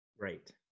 Right